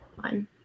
one